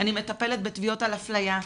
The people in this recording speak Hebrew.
אני מטפלת בתביעות על אפליה,